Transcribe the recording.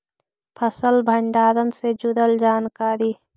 फसल भंडारन से जुड़ल जानकारी?